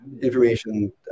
information